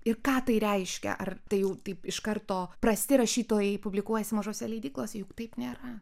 ir ką tai reiškia ar tai jau taip iš karto prasti rašytojai publikuojasi mažose leidyklose juk taip nėra